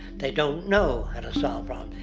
they don't know how to solve um